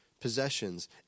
possessions